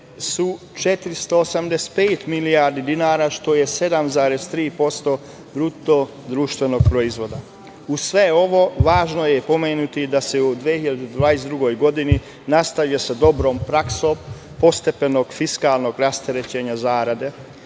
su 485 milijardi dinara, što je 7,3% bruto društvenog proizvoda. Uz sve ovo, važno je pomenuti da se u 2022. godini nastavlja sa dobrom praksom postepenog fiskalnog rasterećenja zarade.